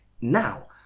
now